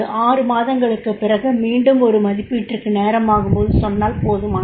ஆறு மாதங்களுக்குப் பிறகு மீண்டும் ஒரு மதிப்பீட்டிற்கு நேரமாகும்போது சொன்னால் போதுமானது